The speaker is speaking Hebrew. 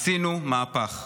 עשינו מהפך.